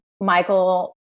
Michael